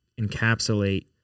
encapsulate